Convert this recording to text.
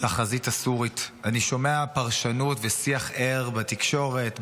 אני שומע פרשנות ושיח ער בתקשורת,